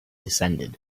descended